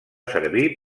servir